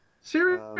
Serious